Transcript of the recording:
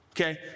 Okay